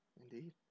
Indeed